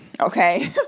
Okay